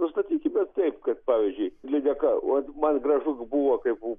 nustatykime taip kad pavyzdžiui lydeka vot man gražus buvo kaip